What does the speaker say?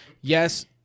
yes—